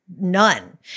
none